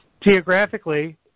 Geographically